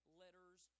letters